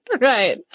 Right